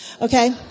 okay